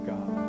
God